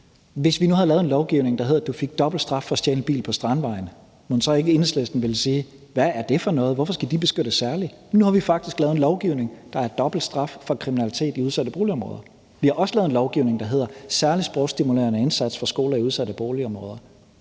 Hvis vi nu havde lavet en lovgivning, der gav dobbelt straf for at stjæle en bil på Strandvejen, mon så ikke Enhedslisten ville sige: Hvad er det for noget, hvorfor skal de beskyttes særligt? Nu har vi faktisk lavet en lovgivning, der giver dobbelt straf for kriminalitet i udsatte boligområder. Vi har også lavet en lovgivning om særlig sprogstimulerende indsatser for skoler i udsatte boligområder.